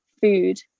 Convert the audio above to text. food